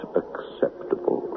acceptable